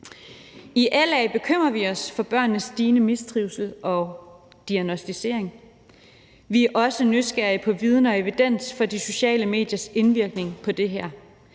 I LA bekymrer vi os for børnenes stigende mistrivsel og diagnosticering. Vi er også nysgerrige på viden og evidens i forhold til de sociale mediers indvirkning på det her.